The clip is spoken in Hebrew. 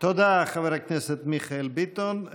תודה, חבר הכנסת מיכאל ביטון.